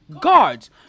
guards